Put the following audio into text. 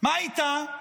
מה איתה?